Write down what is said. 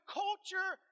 culture